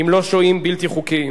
אם לא שוהים בלתי חוקיים?